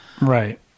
right